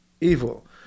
Evil